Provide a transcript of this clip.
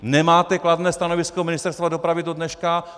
Nemáte kladné stanovisko Ministerstva dopravy dodneška.